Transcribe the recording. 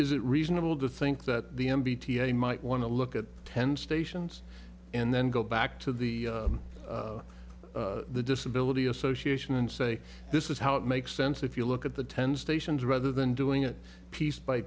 is it reasonable to think that the m b t might want to look at ten stations and then go back to the the disability association and say this is how it makes sense if you look at the ten stations rather than doing it piece by